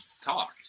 talk